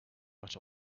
but